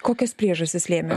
kokios priežastys lėmė